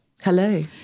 Hello